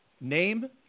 name –